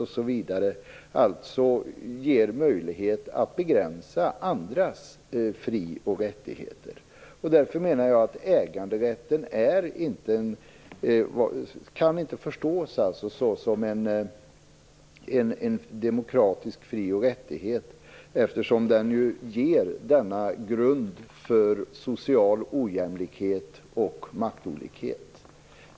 Denna äganderätt ger alltså möjlighet att begränsa andras frioch rättigheter. Därför anser jag att äganderätten inte kan förstås som en demokratisk fri och rättighet, eftersom den ger denna grund för social ojämlikhet och maktolikhet.